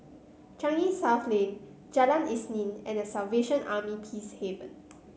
Changi South Lane Jalan Isnin and The Salvation Army Peacehaven